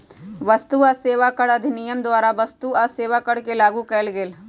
वस्तु आ सेवा कर अधिनियम द्वारा वस्तु आ सेवा कर के लागू कएल गेल